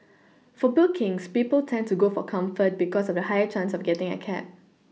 for bookings people tend to go for comfort because of the higher chance of getting a cab